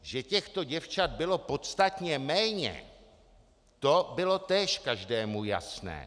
Že těchto děvčat bylo podstatně méně, to bylo též každému jasné.